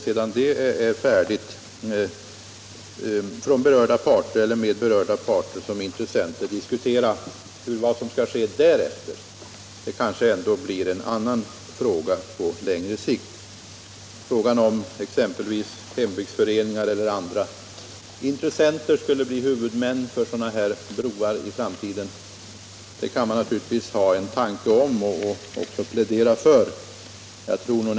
När de är färdiga kan man med berörda parter som intressenter diskutera vad som skall ske därefter. Det kanske blir en annan fråga på längre sikt. Man kan givetvis, som herr Svanström, ha en viss uppfattning när det gäller frågan huruvida hembygdsföreningar eller andra intressenter skulle bli huvudmän för sådana här broar — och man kan plädera för sin uppfattning.